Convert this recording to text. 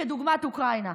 לדוגמה עם אוקראינה.